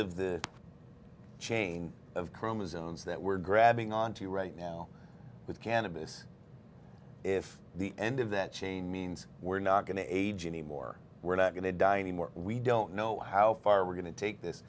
of the chain of chromosomes that we're grabbing onto right now with cannabis if the end of that chain means we're not going to age any more we're not going to die any more we don't know how far we're going to take this